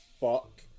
fuck